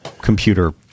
computer